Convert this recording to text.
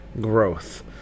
growth